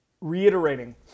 reiterating